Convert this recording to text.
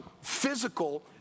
physical